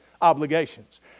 obligations